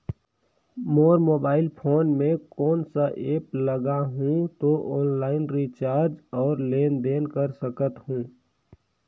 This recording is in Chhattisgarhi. मोर मोबाइल फोन मे कोन सा एप्प लगा हूं तो ऑनलाइन रिचार्ज और लेन देन कर सकत हू?